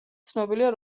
ცნობილია